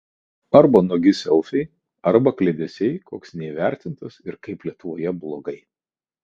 arba nuogi selfiai arba kliedesiai koks neįvertintas ir kaip lietuvoje blogai